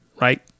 right